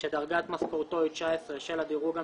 שדרגת משכורתו היא 19 של הדירוג המינהלי.